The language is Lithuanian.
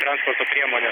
transporto priemonę